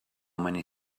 many